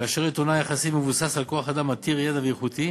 כאשר יתרונה היחסי מבוסס על כוח-אדם עתיר ידע ואיכותי.